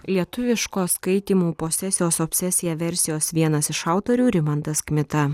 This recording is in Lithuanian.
lietuviškos skaitymų posesijos obsesija versijos vienas iš autorių rimantas kmita